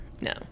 No